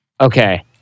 Okay